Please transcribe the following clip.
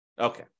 Okay